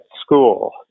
school